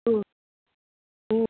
ಹ್ಞೂ ಹ್ಞೂ